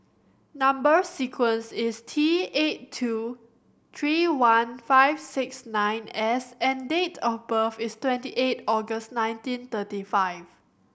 number sequence is T eight two three one five six nine S and date of birth is twenty eight August nineteen thirty five